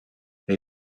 they